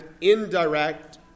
indirect